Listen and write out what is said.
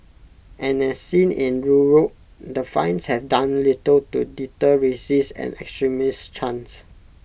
and as seen in Europe the fines have done little to deter racist and extremist chants